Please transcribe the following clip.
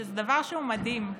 שזה דבר שהוא מדהים.